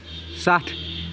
ستھ